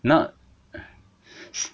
那